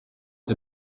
the